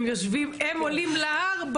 הם עולים להר,